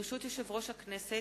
ברשות יושב-ראש הכנסת,